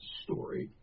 story